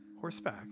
Horseback